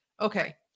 Okay